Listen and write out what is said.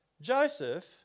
Joseph